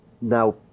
Now